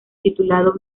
titulado